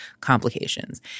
complications